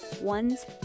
one's